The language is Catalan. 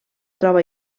troba